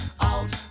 out